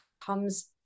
comes